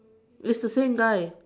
it's the same guy